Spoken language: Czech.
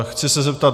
Chci se zeptat.